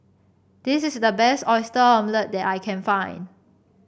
this is the best Oyster Omelette that I can find